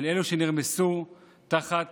של אלה שנרמסו תחת